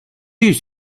yüz